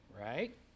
right